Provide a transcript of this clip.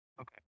Okay